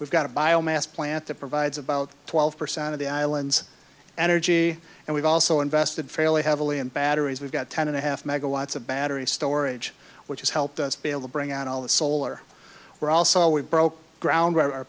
we've got a biomass plant that provides about twelve percent of the island's energy and we've also invested fairly heavily in batteries we've got ten and a half megawatts of battery storage which has helped us be able to bring out all the solar we're also we broke ground